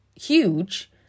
huge